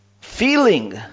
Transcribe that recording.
Feeling